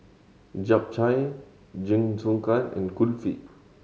Japchae Jingisukan and Kulfi